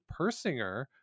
Persinger